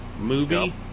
movie